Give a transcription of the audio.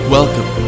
Welcome